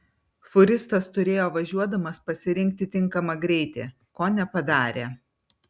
fūristas turėjo važiuodamas pasirinkti tinkamą greitį ko nepadarė